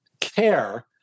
care